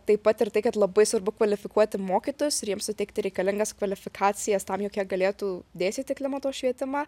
taip pat ir tai kad labai svarbu kvalifikuoti mokytojus ir jiems suteikti reikalingas kvalifikacijas tam jog jie galėtų dėstyti klimato švietimą